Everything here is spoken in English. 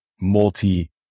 multi